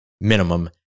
minimum